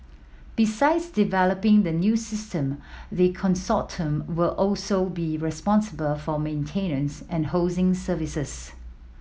besides developing the new system the consortium will also be responsible for maintenance and hosting services